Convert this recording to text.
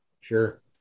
Sure